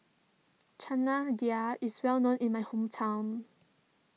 Chana Dal is well known in my hometown